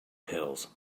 pills